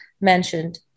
mentioned